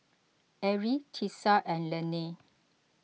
Arie Tisa and Lainey